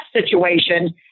situation